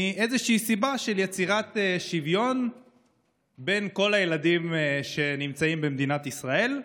מאיזושהי סיבה של יצירת שוויון בין כל הילדים שנמצאים במדינת ישראל,